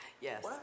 Yes